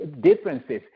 differences